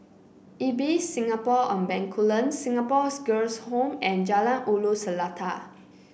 Ibis Singapore on Bencoolen Singapore's Girls' Home and Jalan Ulu Seletar